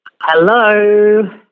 Hello